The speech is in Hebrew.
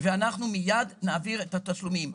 ואנחנו מיד נעביר את התשלומים.